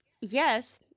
Yes